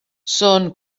són